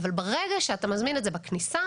אבל ברגע שאתה מזמין את זה בכניסה,